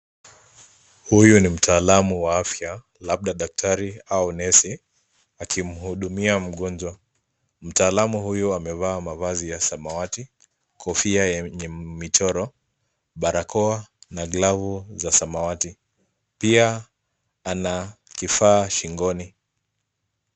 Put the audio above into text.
Huyu ni mtaalamu wa afya labda daktari au nesi akimhudumia mgonjwa. Mtaalamu huyu amevaa mavazi ya samawati, kofia enye michoro, barakoa na glavu za samawati. Pia ana kifaa shingoni.